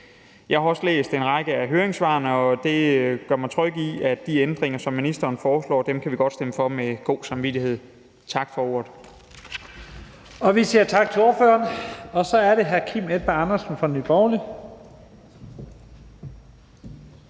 Jeg har også læst en række af høringssvarene, og det gør mig tryg ved, at de ændringer, som ministeren foreslår, kan vi godt stemme for med god samvittighed. Tak for ordet. Kl. 14:28 Første næstformand (Leif Lahn Jensen): Tak til ordføreren. Så er det hr. Kim Edberg Andersen fra Nye